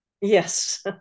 Yes